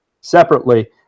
separately